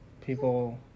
People